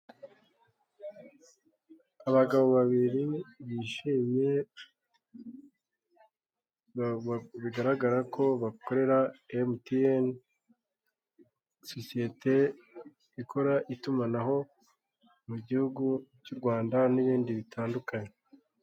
Abagabo babiri bishimye bigaragara ko bakorera MTN, sosiyete ikora itumanaho mugihugu cy'Urwanda, n'ibindi bitandukanye.